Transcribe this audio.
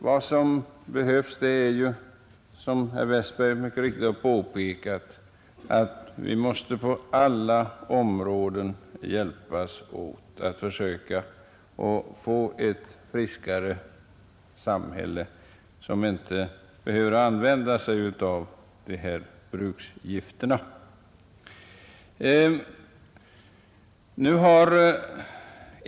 Vad som behövs är, som herr Westberg mycket riktigt påpekade, att vi på alla områden måste hjälpas åt att försöka få ett friskare samhälle som inte behöver använda sig av dessa bruksgifter.